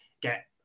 get